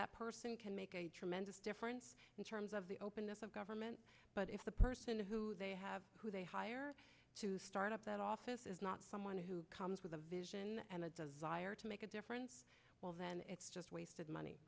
that person can make a tremendous difference in terms of the openness of government but if the person who they have who they hire to start up that office is not someone who comes with a vision and a desire to make a difference well then it's just wasted money